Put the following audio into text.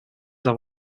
have